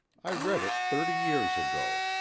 i read it thirty years ago.